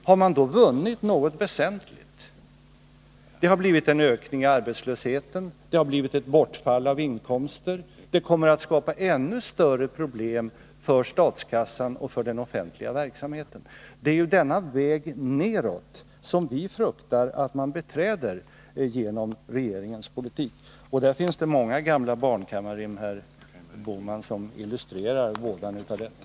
Har man då vunnit något väsentligt, när det har blivit en ökning av arbetslösheten, ett bortfall av inkomster och ännu större problem när det gäller statskassan och den offentliga verksamheten? Det är denna väg neråt som vi fruktar att man beträder genom regeringens politik. Och det finns, herr Bohman, många gamla barnkammarrim som illustrerar vådan av detta.